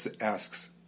asks